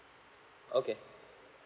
okay